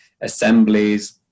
assemblies